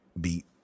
beat